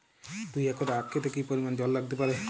দুই একর আক ক্ষেতে কি পরিমান জল লাগতে পারে?